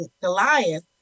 Goliath